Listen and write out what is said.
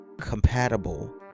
compatible